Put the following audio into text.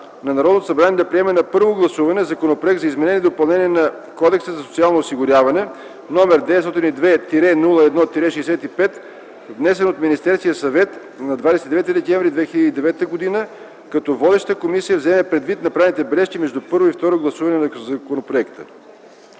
на Народното събрание да приеме на първо гласуване Законопроект за изменение и допълнение на Кодекса за социално осигуряване, № 902-01-65, внесен от Министерския съвет на 29 декември 2009 г., като водещата комисия вземе предвид направените бележки между първо и второ гласуване на законопроекта.”